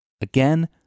Again